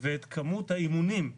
ואת כמות האימונים.